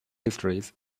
histories